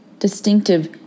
Distinctive